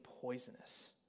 poisonous